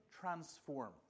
transformed